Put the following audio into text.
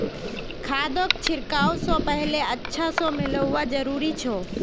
खादक छिड़कवा स पहले अच्छा स मिलव्वा जरूरी छ